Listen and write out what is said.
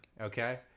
Okay